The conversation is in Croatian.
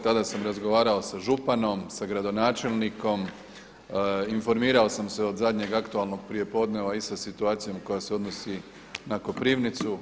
Tada sam razgovarao sa županom, sa gradonačelnikom, informirao sam se od zadnjeg aktualnog prijepodneva i sa situacijom koja se odnosi i na Koprivnicu.